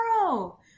tomorrow